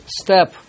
step